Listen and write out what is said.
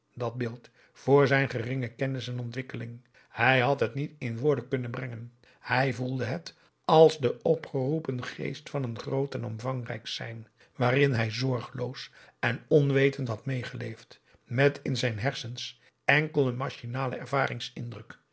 dat beeld voor zijn geringe kennis en ontwikkeling hij had het niet in woorden kunnen brengen hij voelde het als de opgeroepen geest van een groot en omvangrijk zijn waarin hij zorgeloos en onwetend had meegeleefd met in zijn hersens enkel